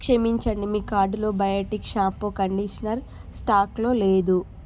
క్షమించండి మీ కార్డులో బయోటిక్ షాంపూ కండిషనర్ స్టాక్లో లేదు